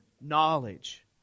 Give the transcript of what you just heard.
knowledge